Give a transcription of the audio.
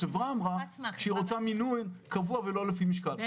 החברה אמרה שהיא רוצה מינון קבוע ולא לפי משקל.